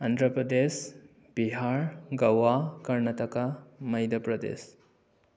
Andhra Pradesh Bihar Goa Karnataka Madhya Pradesh